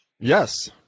yes